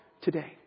today